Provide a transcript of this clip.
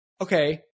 okay